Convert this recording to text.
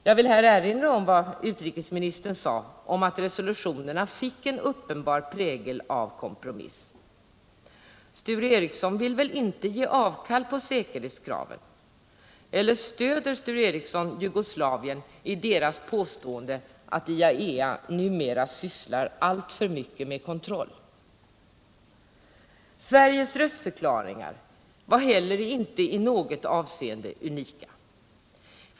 Jag vill erinra om vad utrikesministern sade om att resolutionerna fick en uppenbar prägel av kompromiss. Sture Ericson vill väl inte ge avkall på säkerhetskraven — eller stöder Sture Ericson Jugoslavien i dess påstående att IAEA numera sysslar alltför mycket med kontroll? Sveriges röstförklaringar var inte heller i något avseende unika.